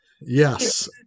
Yes